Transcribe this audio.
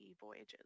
voyages